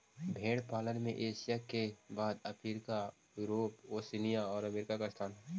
भेंड़ पालन में एशिया के बाद अफ्रीका, यूरोप, ओशिनिया और अमेरिका का स्थान हई